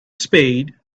spade